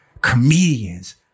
comedians